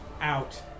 out